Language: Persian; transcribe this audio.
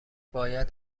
باید